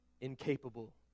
incapable